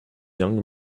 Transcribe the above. young